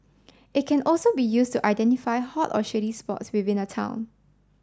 it can also be used to identify hot or shady spots within a town